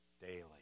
daily